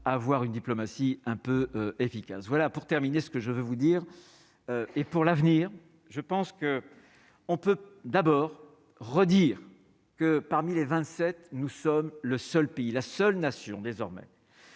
avoir une diplomatie un peu efficace, voilà pour terminer ce que je veux vous dire et pour l'avenir, je pense que on peut d'abord redire que parmi les 27, nous sommes le seul pays, la seule nation désormais